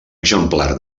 exemplar